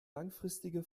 langfristige